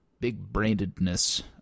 big-brainedness